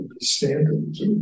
standards